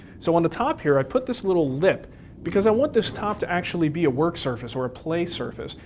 so on the top here i put this little lip because i want this top to actually be a work surface or a play surface,